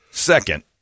Second